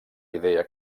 idea